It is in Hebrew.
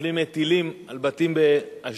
כשנופלים טילים על בתים באשדוד,